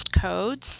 codes